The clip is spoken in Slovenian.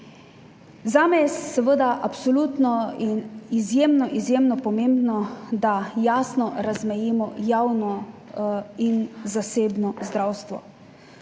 in izjemno, izjemno pomembno, da jasno razmejimo javno in zasebno zdravstvo.